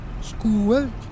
school